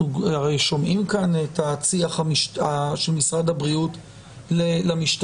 אנחנו הרי שומעים כאן את השיח של משרד הבריאות עם המשטרה.